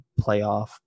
playoff